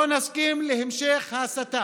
לא נסכים להמשך ההסתה,